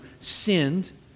sinned